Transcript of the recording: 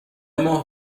ماه